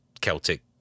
Celtic